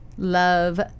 Love